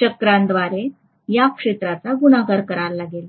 चक्राद्वारे या क्षेत्राचा गुणाकार करावा लागेल